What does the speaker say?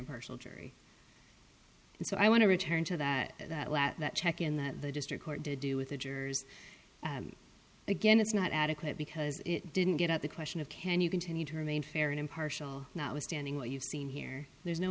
impartial jury so i want to return to that that that check in that the district court to do with the jurors again is not adequate because it didn't get out the question of can you continue to remain fair and impartial notwithstanding what you've seen here there's no